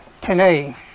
today